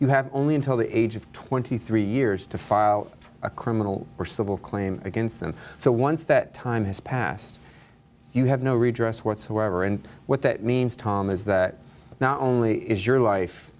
you have only until the age of twenty three years to file a criminal or civil claim against them so once that time has passed you have no redress whatsoever and what that means tom is that not only is your life